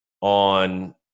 on